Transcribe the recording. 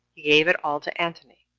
he gave it all to antony,